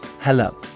hello